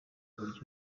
uburyo